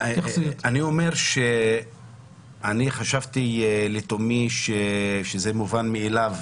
לתומי חשבתי שזה מובן מאליו,